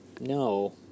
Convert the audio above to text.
No